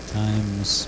times